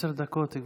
גברתי.